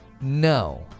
no